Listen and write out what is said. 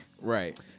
right